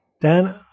Dan